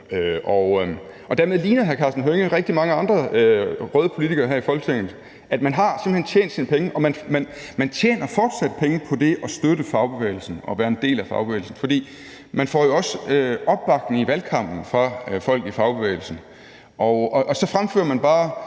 og dermed ligner hr. Karsten Hønge rigtig mange andre røde politikere her i Folketinget. Man har simpelt hen tjent sine penge og man tjener fortsat penge på det at støtte fagbevægelsen og være en del af fagbevægelsen, for man får jo også opbakning i valgkampen fra folk i fagbevægelsen, og så fremhæver man dem.